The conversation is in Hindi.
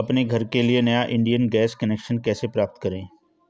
अपने घर के लिए नया इंडियन गैस कनेक्शन कैसे प्राप्त करें?